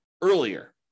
earlier